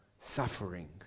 suffering